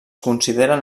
consideren